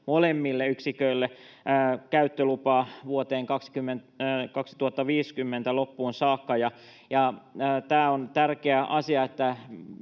molemmille yksiköille käyttölupaa vuoden 2050 loppuun saakka. Tämä on tärkeä asia